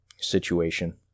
situation